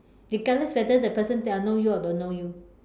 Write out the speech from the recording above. regardless whether the person know you or don't know you